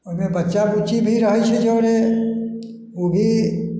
ओहिमे बच्चा बुच्ची भी रहै छै जरे ओ भी